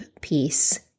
piece